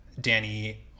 danny